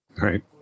right